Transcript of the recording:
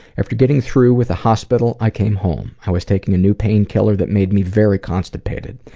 after getting through with the hospital, i came home. i was taking a new pain killer that made me very constipated.